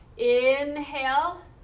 Inhale